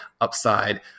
upside